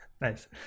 Nice